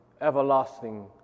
everlasting